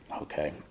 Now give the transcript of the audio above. okay